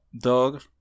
dog